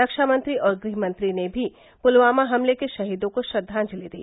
रक्षा मंत्री और गृह मंत्री ने भी पुलवामा हमले के शहीदों को श्रद्वांजलि दी